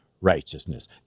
righteousness